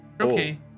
Okay